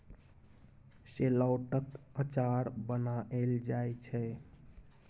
शेलौटक अचार बनाएल जाइ छै